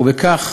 ובכך